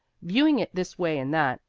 viewing it this way and that,